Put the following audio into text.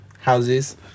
Houses